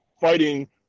fighting